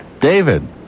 David